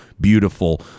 beautiful